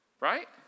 right